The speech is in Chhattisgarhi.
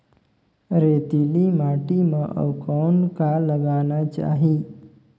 रेतीली माटी म अउ कौन का लगाना चाही?